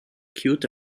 cute